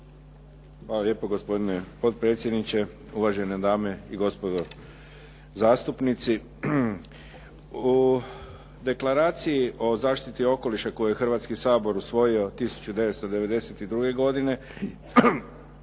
Hvala lijepo. Gospodine potpredsjedniče, uvažene dame i gospodo zastupnici. U Deklaraciji o zaštiti okoliša koju je Hrvatski sabor usvojio 1992. godine